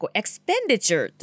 expenditure